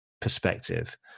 perspective